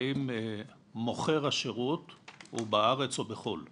האם מוכר השרות הוא בארץ או בחו"ל,